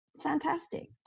fantastic